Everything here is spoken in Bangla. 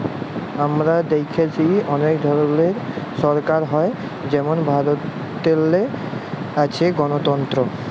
আমরা দ্যাইখছি যে অলেক ধরলের সরকার হ্যয় যেমল ভারতেল্লে আছে গলতল্ত্র